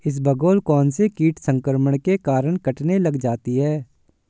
इसबगोल कौनसे कीट संक्रमण के कारण कटने लग जाती है?